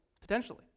potentially